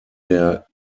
der